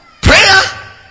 Prayer